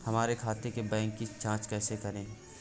हमारे खाते के बैंक की जाँच कैसे करें?